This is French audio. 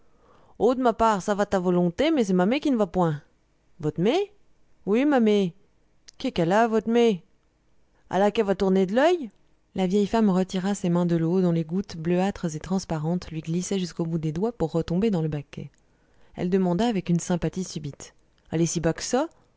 oh d'ma part ça va t à volonté mais c'est ma mé qui n'va point vot'mé oui ma mé qué qu'alle a votre mé all'a qu'a va tourner d'l'oeil la vieille femme retira ses mains de l'eau dont les gouttes bleuâtres et transparentes lui glissaient jusqu'au bout des doigts pour retomber dans le baquet elle demanda avec une sympathie subite